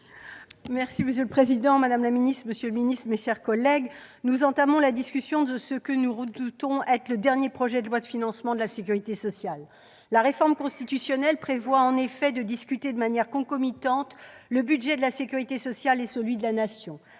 Monsieur le président, madame la ministre, monsieur le secrétaire d'État, mes chers collègues, nous entamons la discussion de ce que nous redoutons être le dernier projet de loi de financement de la sécurité sociale. La réforme constitutionnelle prévoit en effet d'examiner de manière concomitante le budget de la sécurité sociale et celui de la Nation.